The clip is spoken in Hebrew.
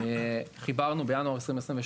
חיברנו בינואר 2022,